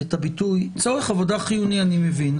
צורך עבודה חיוני, אני מבין.